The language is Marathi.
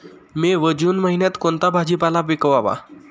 मे व जून महिन्यात कोणता भाजीपाला पिकवावा?